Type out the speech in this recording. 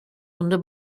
under